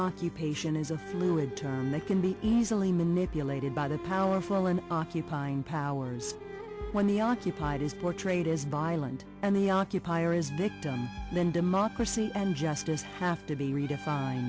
occupation is a fluid term that can be easily manipulated by the powerful an occupying powers when the occupied is portrayed as by land and the occupier is victim then democracy and justice have to be redefined